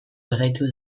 bazaitu